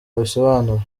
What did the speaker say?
abisobanura